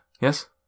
yes